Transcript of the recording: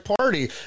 Party